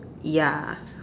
ya